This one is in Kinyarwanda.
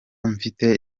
mfite